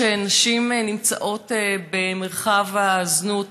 שנשים נמצאות במרחב הזנות,